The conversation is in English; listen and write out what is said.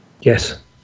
Yes